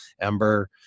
Ember